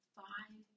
five